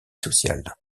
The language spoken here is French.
sociale